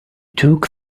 took